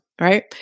right